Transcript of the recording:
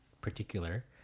particular